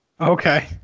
okay